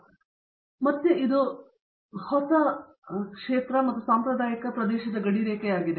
ಆದ್ದರಿಂದ ಮತ್ತೆ ಇದು ಮತ್ತೆ ಕಾದಂಬರಿ ಮತ್ತು ಸಾಂಪ್ರದಾಯಿಕ ಪ್ರದೇಶದ ಗಡಿರೇಖೆಯಾಗಿದೆ